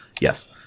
Yes